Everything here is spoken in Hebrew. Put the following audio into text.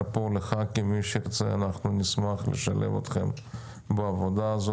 חברי הכנסת, נשמח לשלב אתכם בעבודה הזו.